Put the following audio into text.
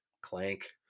Clank